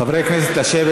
חברי הכנסת, נא לשבת.